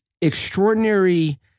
extraordinary